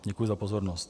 Děkuji za pozornost.